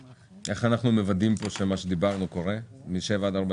איך אנחנו מוודאים שמה שדיברנו עליו מ-7 עד 40